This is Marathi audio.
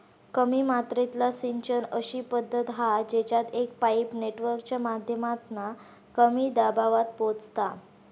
कमी मात्रेतला सिंचन अशी पद्धत हा जेच्यात एक पाईप नेटवर्कच्या माध्यमातना कमी दबावात पोचता